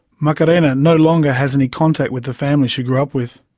macarena no longer has any contact with the family she grew up with.